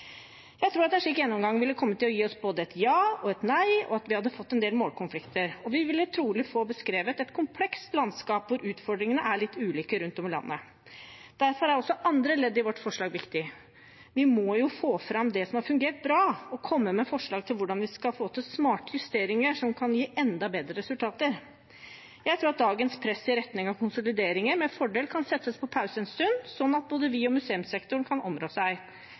Jeg tror at en slik gjennomgang ville ha gitt oss både et ja og et nei, og at vi hadde fått en del målkonflikter, og vi ville trolig få beskrevet et komplekst landskap hvor utfordringene er litt ulike rundt om i landet. Derfor er også andre ledd i vårt forslag viktig. Vi må jo få fram det som har fungert bra og komme med forslag til hvordan vi skal få til smarte justeringer som kan gi enda bedre resultater. Jeg tror at dagens press i retning av konsolideringer med fordel kan settes på pause en stund, slik at både vi og museumssektoren kan områ